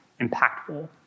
impactful